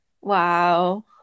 Wow